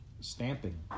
stamping